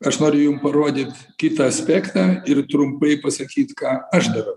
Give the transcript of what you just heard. aš noriu jum parodyt kitą aspektą ir trumpai pasakyt ką aš darau